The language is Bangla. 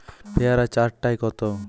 পেয়ারা চার টায় কত?